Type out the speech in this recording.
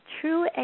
true